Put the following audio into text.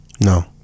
no